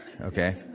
Okay